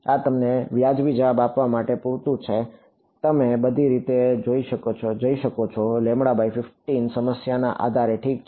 આ તમને વ્યાજબી જવાબ આપવા માટે પૂરતું છે તમે બધી રીતે જઈ શકો છો15સમસ્યાના આધારે ઠીક છે